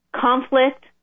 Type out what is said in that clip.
conflict